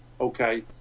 okay